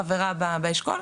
חברה באשכול,